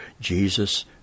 Jesus